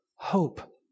Hope